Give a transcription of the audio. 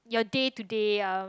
your day to day um